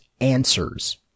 answers